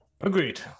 Agreed